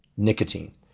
Nicotine